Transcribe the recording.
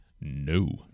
No